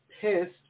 pissed